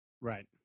right